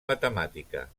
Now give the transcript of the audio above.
matemàtica